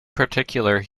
particular